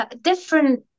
different